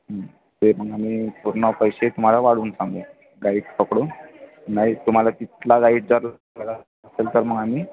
हं ते मग आम्ही पूर्ण पैसे तुम्हाला वाढवून सांगू गाईड पकडून नाही तुम्हाला तिथला गाईड जर हवा असेल तर मग आम्ही